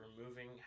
removing